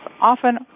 often